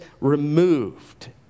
removed